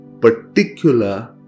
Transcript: particular